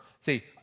See